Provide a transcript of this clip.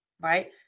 right